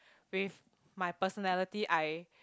with my personality I